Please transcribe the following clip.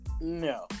No